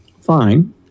fine